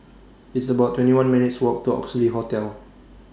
It's about twenty one minutes' Walk to Oxley Hotel